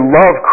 love